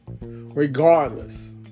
regardless